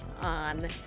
on